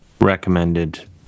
recommended